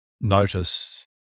notice